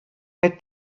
mit